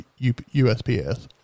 USPS